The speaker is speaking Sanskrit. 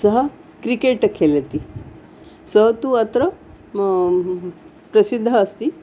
सः क्रिकेट् खेलति सः तु अत्र प्रसिद्धः अस्ति